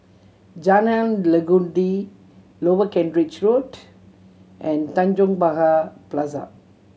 Jalan Legundi Lower Kent Ridge Road and Tanjong Pagar Plaza